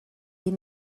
est